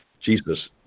Jesus